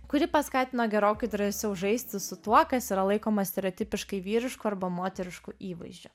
kuri paskatino gerokai drąsiau žaisti su tuo kas yra laikoma stereotipiškai vyrišku arba moterišku įvaizdžiu